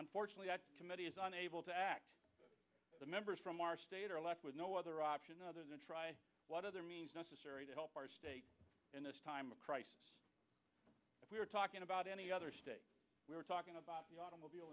unfortunately our committee is unable to act the members from our state are left with no other option other than what other means necessary to help our state in this time of crisis we're talking about any other state we're talking about the automobile